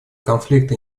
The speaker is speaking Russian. конфликта